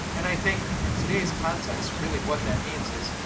and i think, in today's context, really what that means is,